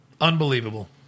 Unbelievable